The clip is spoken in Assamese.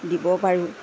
দিব পাৰোঁ